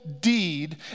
deed